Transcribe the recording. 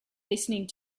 listening